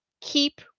keep